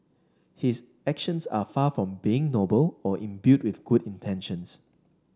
his actions are far from being noble or imbued with good intentions